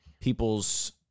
people's